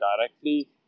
directly